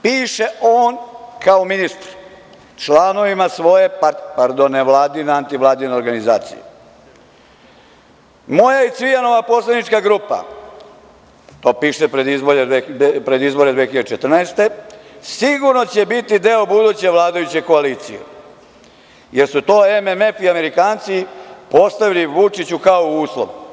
Piše on kao ministar članovima svoje nevladine, antivladine organizacije – moja i Cvijanova poslanička grupa, to piše pred izbor 2014. godine, sigurno će biti deo buduće vladajuće koalicije, jer su to MMF i Amerikanci postavili Vučiću kao uslov.